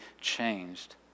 changed